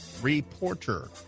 reporter